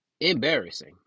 embarrassing